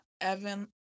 Evan